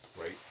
right